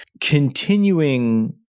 continuing